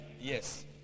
yes